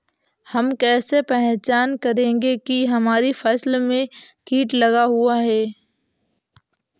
हम कैसे पहचान करेंगे की हमारी फसल में कीट लगा हुआ है?